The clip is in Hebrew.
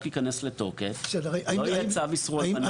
ייכנס לתוקף ולא יהיה צו איסור הלבנת הון.